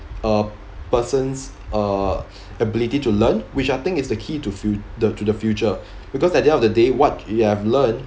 a person's uh ability to learn which I think is the key to fu~ the to the future because at the end of the day what you have learned